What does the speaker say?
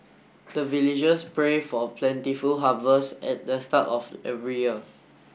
the villagers pray for plentiful harvest at the start of every year